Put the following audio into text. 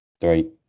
three